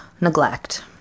Neglect